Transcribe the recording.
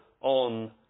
on